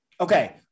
okay